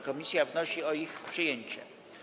Komisja wnosi o ich przyjęcie.